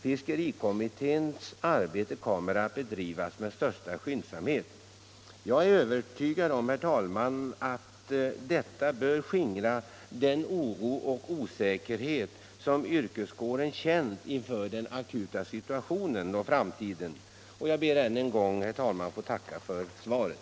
Fiskerikommitténs arbete kommer att bedrivas med största skyndsamhet.” Jag är övertygad om, herr talman, att detta bör skingra den oro och ens problem sjön Åsnen osäkerhet som yrkeskåren känt inför den akuta situationen och inför framtiden, och jag ber än en gång att få tacka för svaret.